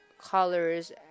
colors